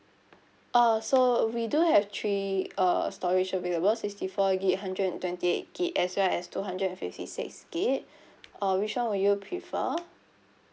uh so we do have three uh storage available sixty four G_B hundred and twenty eight G_B as well as two hundred and fifty six G_B uh which [one] would you prefer